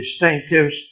distinctives